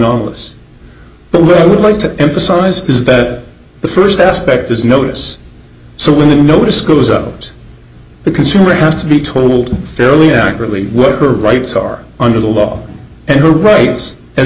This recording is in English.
on this but we would like to emphasize is that the first aspect is notice so when the notice goes ups the consumer has to be told fairly accurately what her rights are under the law and her rights as